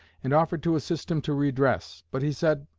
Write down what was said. and offered to assist him to re-dress, but he said,